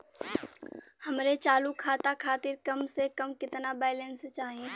हमरे चालू खाता खातिर कम से कम केतना बैलैंस चाही?